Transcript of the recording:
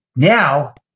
now,